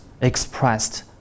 expressed